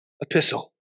epistle